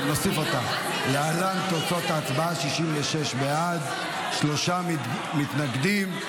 להלן תוצאות ההצבעה: 66 בעד, שלושה מתנגדים.